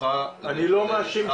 אני רוצה להגיד,